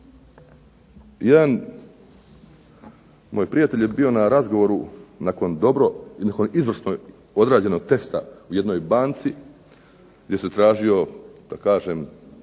Jedan moj prijatelj je bio na razgovoru nakon dobro, izvrsno odrađenog testa u jednoj banci, gdje se tražio da kažem